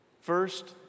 first